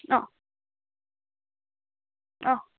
অ অ